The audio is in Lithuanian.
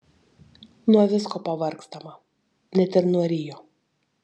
nuo visko pavargstama net ir nuo rio